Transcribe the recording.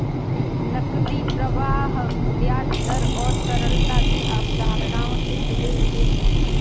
नकदी प्रवाह ब्याज दर और तरलता की अवधारणाओं से जुड़े हुए हैं